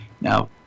Now